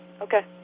Okay